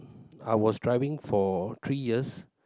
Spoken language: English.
I was driving for three years